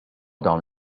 dawn